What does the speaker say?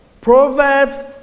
Proverbs